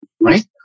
right